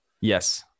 yes